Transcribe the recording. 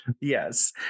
yes